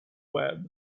web